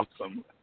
awesome